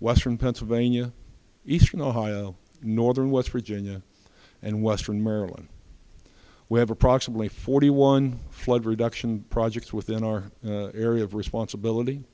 western pennsylvania eastern ohio northern west virginia and western maryland we have approximately forty one flood reduction projects within our area of responsibility